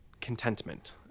contentment